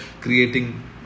creating